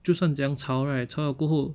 就算怎样吵 right 吵了过后